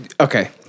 Okay